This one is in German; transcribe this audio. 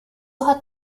hat